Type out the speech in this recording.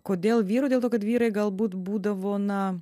kodėl vyro dėl to kad vyrai galbūt būdavo na